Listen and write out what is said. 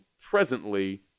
presently